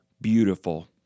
beautiful